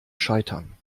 scheitern